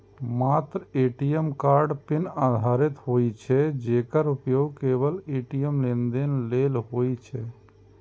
मात्र ATM card pin आधारित होइ छै, जेकर उपयोग केवल ए.टी.एम लेनदेन लेल होइ छै